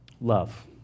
love